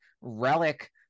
relic